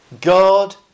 God